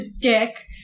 dick